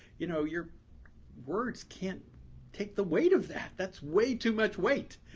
you know, your words can't take the weight of that. that's way too much weight.